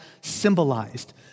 symbolized